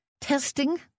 testing